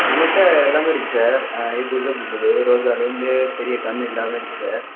நம்மள்ட்ட எல்லாமே இருக்கு சார் ஏ டு இஸட் இருக்குது ரோஜாலேருந்து பெரிய கன்று எல்லாமே இருக்குது சார்